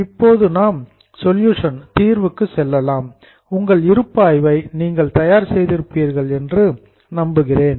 இப்போது நாம் சொல்யூஷன் தீர்வுக்கு செல்லலாம் உங்கள் இருப்பாய்வை நீங்கள் தயார் செய்திருப்பீர்கள் என்று நம்புகிறேன்